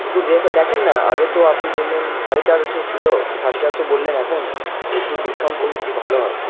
একটু দেখে দেখেন না আগে তো আপনি বললেন সাড়ে চারশো ছিল সাড়ে চারশো বললেন এখন তো একটু ডিসকাউন্ট করলে খুব ভালো হয়